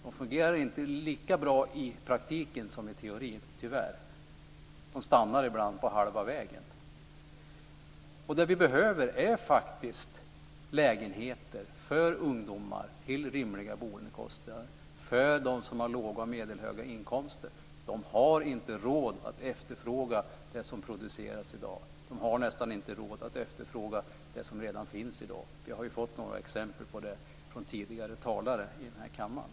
De fungerar tyvärr inte lika bra i praktiken som i teorin. De stannar ibland på halva vägen. Vi behöver faktiskt lägenheter för ungdomar till rimliga boendekostnader. De som har låga och medelhöga inkomster har inte råd att efterfråga det som produceras i dag. De har nästan inte råd att efterfråga det som redan finns i dag. Vi har ju fått några exempel på det av tidigare talare här i kammaren.